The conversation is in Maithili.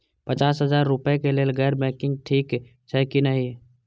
पचास हजार रुपए के लेल गैर बैंकिंग ठिक छै कि नहिं?